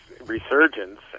resurgence